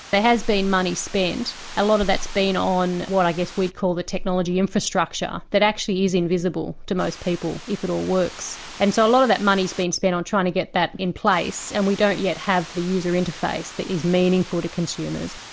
but has been money spent, a lot of that has been on what i guess we'd call the technology infrastructure that actually is invisible to most people if it all works. and so a lot of that money has been spent on trying to get that in place and we don't yet have the user interface that is meaningful to consumers.